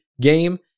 game